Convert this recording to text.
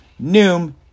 noom